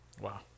Wow